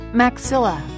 maxilla